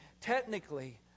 Technically